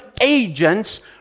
agents